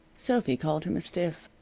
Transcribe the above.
sophy called him a stiff.